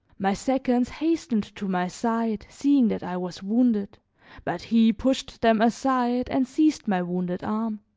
my seconds hastened to my side, seeing that i was wounded but he pushed them aside and seized my wounded arm.